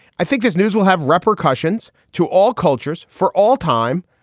i think this news will have repercussions to all cultures for all time.